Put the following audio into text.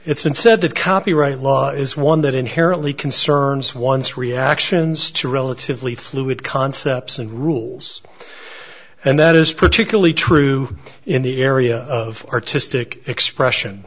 it's been said that copyright law is one that inherently concerns once reactions to relatively fluid concepts and rules and that is particularly true in the area of artistic expression